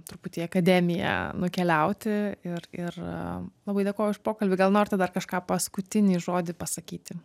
truputį į akademiją nukeliauti ir ir labai dėkoju už pokalbį gal norite dar kažką paskutinį žodį pasakyti